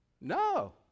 No